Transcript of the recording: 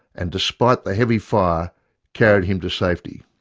and despite the heavy fire carried him to safety.